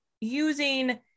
using